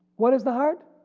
what is the heart?